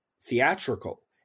theatrical